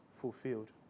fulfilled